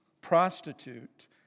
prostitute